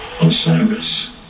Osiris